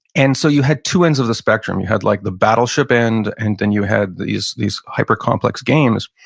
and so you had two ends of the spectrum. you had like the battleship end and then you had these these hyper-complex games.